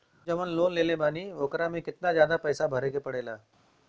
हम जवन लोन लेले बानी वोकरा से कितना पैसा ज्यादा भरे के पड़ेला?